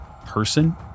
person